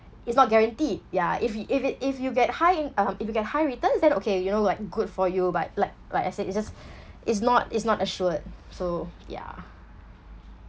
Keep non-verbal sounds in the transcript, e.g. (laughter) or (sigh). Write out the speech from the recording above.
it's not guaranteed ya if it if it if you get high i~ um if you get high returns then okay you know like good for you but like like I said it's just (breath) it's not it's not assured so ya